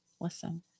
Listen